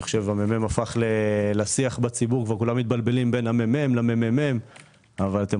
הממ"מ הפך לשיח בציבור - כולם מתבלבלים בין הממ"מ למ"מ אבל אתם